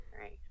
Right